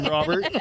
Robert